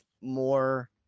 More